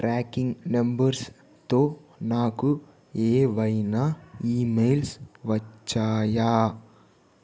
tracking నెంబర్స్తో నాకు ఏవైనా ఇమెయిల్స్ వచ్చాయా